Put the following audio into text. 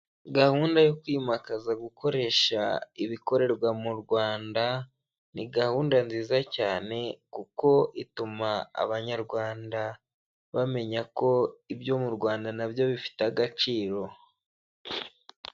Gahunda yo kwimakaza gukoresha ibikorerwa mu Rwanda, ni gahunda nziza cyane kuko ituma abanyarwanda bamenya ko ibyo mu Rwanda na byo bifite agaciro.